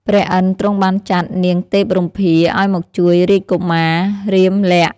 ព្រះឥន្ទ្រទ្រង់បានចាត់ នាងទេពរម្តាឱ្យមកជួយរាជកុមារ រាមលក្សណ៍។